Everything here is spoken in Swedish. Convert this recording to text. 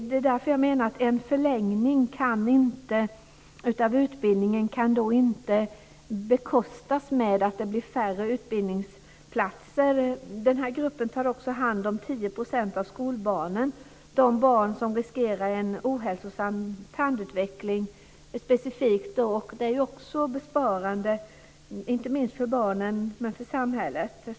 Det är därför jag menar att en förlängning av utbildningen inte kan bekostas med att det blir färre utbildningsplatser. Den här gruppen tar också hand om 10 % av skolbarnen. Det gäller de barn som specifikt riskerar en ohälsosam tandutveckling. Det är ju också besparande både för barnen och för samhället.